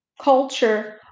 Culture